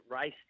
race